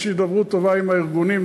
יש הידברות טובה עם הארגונים.